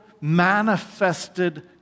manifested